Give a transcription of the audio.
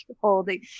holding